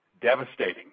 devastating